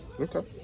Okay